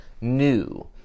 new